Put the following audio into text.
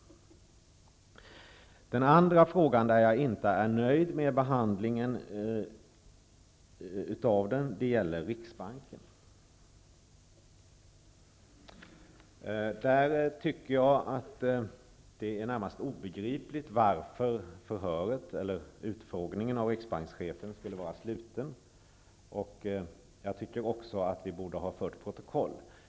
Den andra frågan där jag inte är nöjd med behandlingen gäller riksbanken. Det är närmast obegripligt varför utfrågningen av riksbankschefen skulle vara sluten. Vi borde även ha fört protokoll över den.